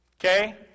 Okay